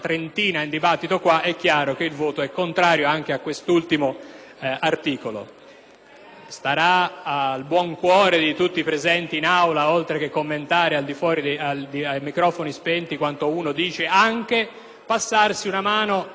Starà al buon cuore di tutti i presenti in Aula, oltre che commentare a microfoni spenti ciò che si dice, anche passarsi una mano non dico sulla coscienza - che è una questione che con la politica viene spesso tirata in ballo a sproposito